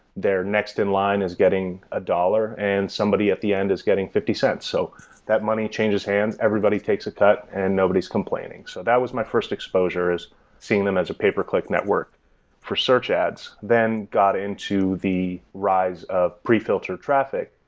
their next in line is getting a dollar and somebody at the end is getting fifty cents. so that money changes hands, everybody takes a cut and nobody is complaining. so that was my first exposure, is seeing them as a pay-per-click network for search ads. then, got into the rise of pre-filtered traffic,